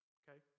okay